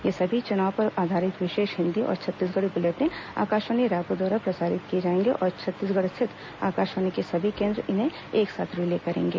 ये सभी चुनाव पर आधारित विशेष हिन्दी और छत्तीसगढ़ी बुलेटिन आकाशवाणी रायपुर द्वारा प्रसारित किए जाएंगे और छत्तीसगढ़ रिथत आकाशवाणी के सभी केन्द्र इन्हें एक साथ रिले करेंगे